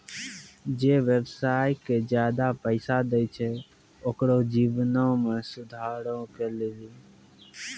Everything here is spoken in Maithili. जे व्यवसाय के ज्यादा पैसा दै छै ओकरो जीवनो मे सुधारो के लेली